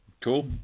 Cool